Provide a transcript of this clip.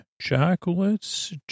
chocolates